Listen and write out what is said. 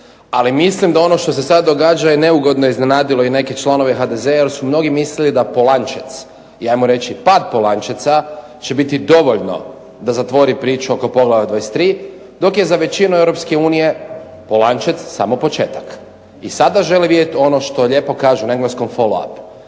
Ali mislim da ono što se sad događa je neugodno iznenadilo i neke članove HDZ-a jer su mnogi mislili da Polančec i ajmo reći pad Polančeca će biti dovoljno da zatvori priču oko Poglavlja 23. dok je za većinu EU Polančec samo početak. I sada žele vidjeti ono što lijepo kažu na engleskom follow up.